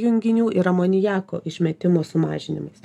junginių ir amoniako išmetimo sumažinimais